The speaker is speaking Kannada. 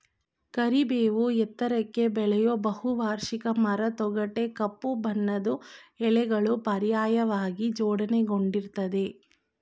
ಕರಿಬೇವು ಎತ್ತರಕ್ಕೆ ಬೆಳೆಯೋ ಬಹುವಾರ್ಷಿಕ ಮರ ತೊಗಟೆ ಕಪ್ಪು ಬಣ್ಣದ್ದು ಎಲೆಗಳು ಪರ್ಯಾಯವಾಗಿ ಜೋಡಣೆಗೊಂಡಿರ್ತದೆ